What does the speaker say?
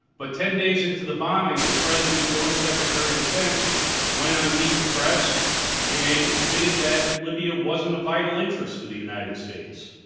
but ten days into the bombing, the president's own secretary of defense went on meet the press and admitted that libya wasn't a vital interest to the united states